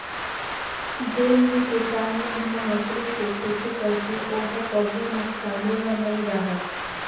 जेन भी किसान मन ह मसरूम के खेती करथे ओ ह कभू नुकसानी म नइ राहय